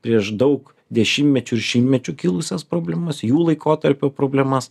prieš daug dešimtmečių ir šimtmečių kilusias problemas jų laikotarpio problemas